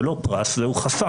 זה לא פרס אלא הוא חסם.